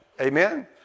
Amen